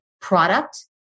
product